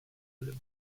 allem